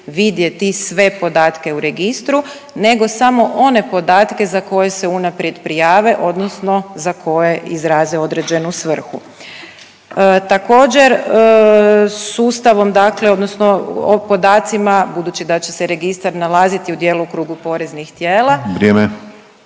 vidjeti sve podatke u registru nego samo one podatke za koje se unaprijed prijave odnosno za koje izraze određenu svrhu. Također sustavom dakle o podacima budući da će se registar nalaziti u djelokrugu poreznih tijela